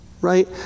Right